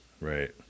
right